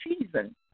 season